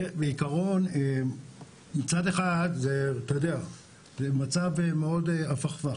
מצד אחד זה מאוד הפכפך,